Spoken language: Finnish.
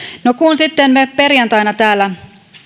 no kun sitten me perjantaina täällä